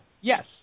Yes